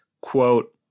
quote